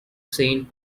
saint